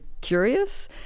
curious